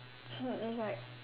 she is like